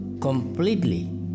completely